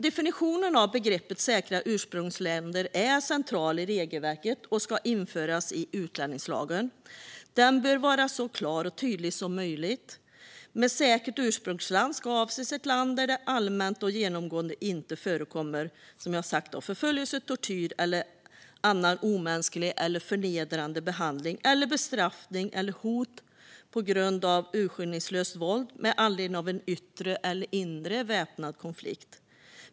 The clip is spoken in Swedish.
Definitionen av begreppet "säkra ursprungsländer" är central i regelverket och ska införas i utlänningslagen. Den bör vara så klar och tydlig som möjligt. Med säkert ursprungsland ska avses ett land där det allmänt och genomgående inte förekommer förföljelse, tortyr eller annan omänsklig eller förnedrande behandling, bestraffning eller hot på grund av urskillningslöst våld med anledning av en yttre eller inre väpnad konflikt.